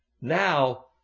now